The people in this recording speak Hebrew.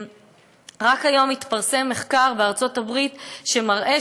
רק היום התפרסם מחקר בארצות-הברית שמראה